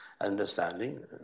understanding